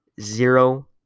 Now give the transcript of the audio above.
Zero